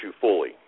fully